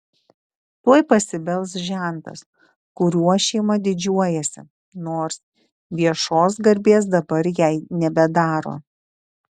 tuoj pasibels žentas kuriuo šeima didžiuojasi nors viešos garbės dabar jai nebedaro